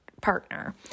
partner